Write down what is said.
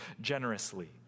generously